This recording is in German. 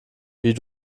wie